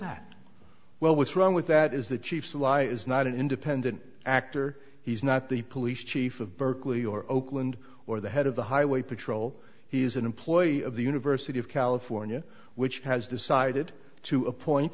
that well what's wrong with that is the chiefs a law is not an independent actor he's not the police chief of berkeley or oakland or the head of the highway patrol he is an employee of the university of california which has decided to appoint